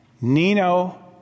Nino